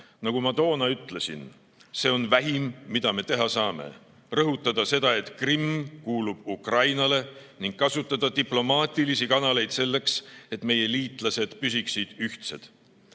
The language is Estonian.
Nagu ma toona ütlesin, see on vähim, mida me teha saame: rõhutada seda, et Krimm kuulub Ukrainale, ning kasutada diplomaatilisi kanaleid selleks, et meie liitlased püsiksid ühtsed.